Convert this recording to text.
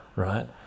right